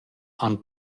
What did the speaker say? han